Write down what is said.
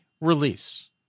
release